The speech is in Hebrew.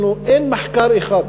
אין מחקר אחד,